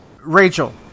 Rachel